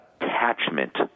attachment